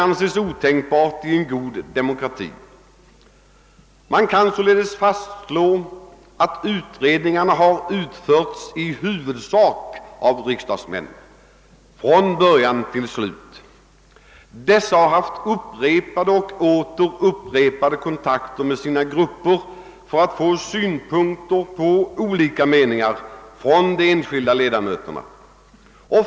Man kan således fastslå att utredningarna utförts i huvudsak av riksdagsmän från början till slut. Utredarna har haft upprepade kontakter med sina grupper för att få synpunkter från de enskilda ledamöterna.